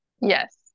Yes